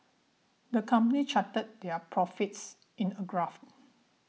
the company charted their profits in a graph